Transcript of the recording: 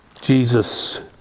Jesus